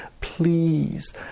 please